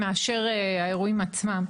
מאשר האירועים עצמם,